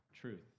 truth